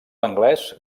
anglès